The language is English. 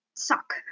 suck